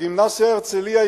בגימנסיה "הרצליה",